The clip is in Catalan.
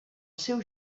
seu